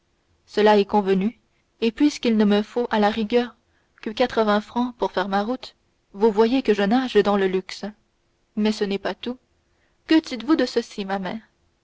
cela est convenu et puisqu'il ne me faut à la rigueur que quatre-vingts francs pour faire ma route vous voyez que je nage dans le luxe mais ce n'est pas tout que dites-vous de ceci ma mère